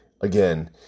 again